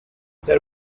there